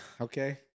okay